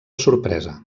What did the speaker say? sorpresa